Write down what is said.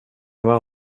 vad